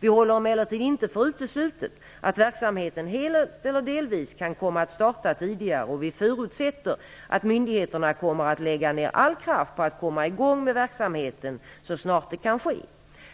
Vi håller det emellertid inte för uteslutet att verksamheten helt eller delvis kan komma att starta tidigare, och vi förutsätter att myndigheterna kommer att lägga ner all kraft på att komma i gång med verksamheten så snart det kan ske.